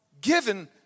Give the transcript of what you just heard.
given